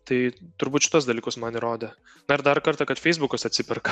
tai turbūt šituos dalykus man įrodė na ir dar kartą kad feisbukas atsiperka